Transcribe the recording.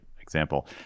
example